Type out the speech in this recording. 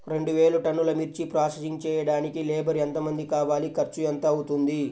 రెండు వేలు టన్నుల మిర్చి ప్రోసెసింగ్ చేయడానికి లేబర్ ఎంతమంది కావాలి, ఖర్చు ఎంత అవుతుంది?